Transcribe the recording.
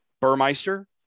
Burmeister